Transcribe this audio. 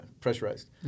pressurized